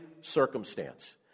circumstance